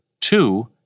Two